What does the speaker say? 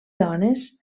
dones